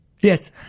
Yes